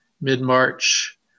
mid-March